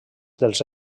dels